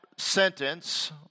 sentence